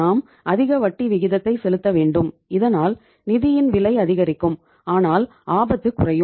நாம் அதிக வட்டி விகிதத்தை செலுத்த வேண்டும் இதனால் நிதியின் விலை அதிகரிக்கும் ஆனால் ஆபத்து குறையும்